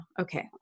Okay